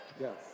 Yes